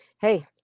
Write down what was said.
hey